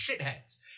shitheads